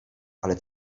ale